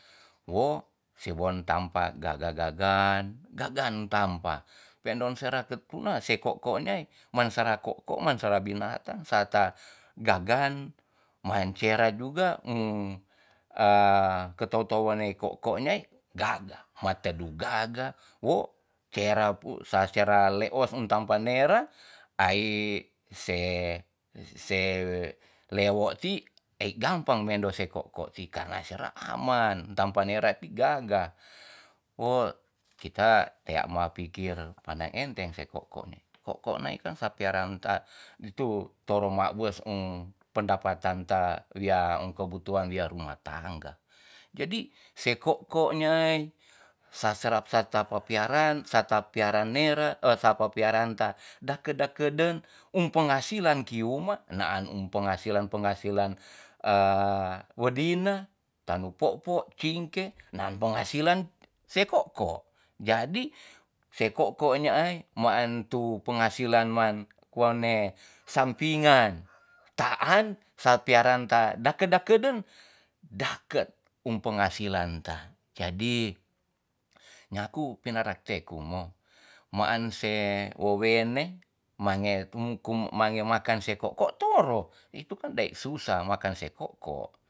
Wo siwon tampa gaga gagan gagan tampa pe ndon sera ketuna se ko'ko nai mansara ko'ko mansara binatang sarta gagan man sera juga ke tou tou nai ko'ko nai gaga matedu gaga wo sera pu sa sera leos tampa nera ai se- se lewo ti ai gampang mendose ko'ko ti karena sera aman tampanera ti gaga wo kita tea ma pikir pandang enteng se ko'ko nai ko'ko nai kan sa piaran ta tu toro ma wes em pendapatan ta wia kebutuhan wia rumah tangga jadi se ko'ko nai sa sera serta ma piaran serta piara nera sapa piaran ta dakedakedeng um penghasilan kiuma naan um penghasilan penghasilan e wedina tanu po'po cingke nan penghasilan se ko'ko jadi se ko'ko naai maan tu penghasilan man wane sampingan taan sa piaran ta dakedakedeng daket um penghasilan ta jadi nyaku pineratek kumo maan se wowene mange tu kum mange makan se ko'ko toro itu kan dae susa ma makan se ko'ko